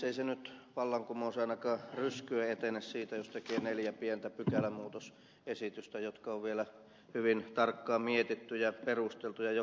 ei nyt se vallankumous ainakaan ryskyen etene siitä jos tekee neljä pientä pykälämuutosesitystä jotka on vielä hyvin tarkkaan mietitty ja perusteltu ja jotka eivät olisi rahastakaan kiinni